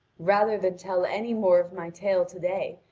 rather than tell any more of my tale to-day,